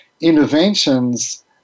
interventions